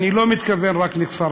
אני לא מתכוון רק לכפר-קאסם,